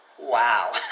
Wow